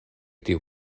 tiu